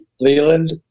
Leland